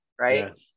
right